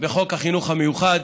בחוק החינוך המיוחד.